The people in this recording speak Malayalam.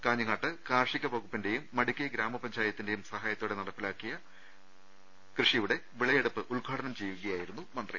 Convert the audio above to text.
കാഞ്ഞങ്ങാട്ട് കാർഷിക വകുപ്പിന്റെയും മടിക്കൈ ഗ്രാമപഞ്ചായത്തിന്റേയും സഹായത്തോടെ നടപ്പിലാക്കിയ വിളവെടുപ്പ് ഉദ്ഘാടനം ചെയ്യുകയായിരുന്നു മന്ത്രി